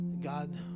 God